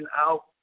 out